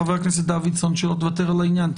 חבר הכנסת דוידסון, שלא תוותר על העניין.